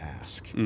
ask